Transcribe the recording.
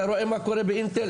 אתה רואה מה קורה באינטל,